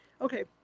Okay